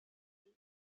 and